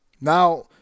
Now